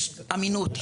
יש אמינות.